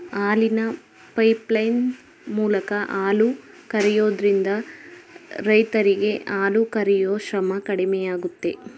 ಹಾಲಿನ ಪೈಪ್ಲೈನ್ ಮೂಲಕ ಹಾಲು ಕರಿಯೋದ್ರಿಂದ ರೈರರಿಗೆ ಹಾಲು ಕರಿಯೂ ಶ್ರಮ ಕಡಿಮೆಯಾಗುತ್ತೆ